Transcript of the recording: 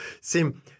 Sim